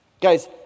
Guys